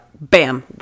bam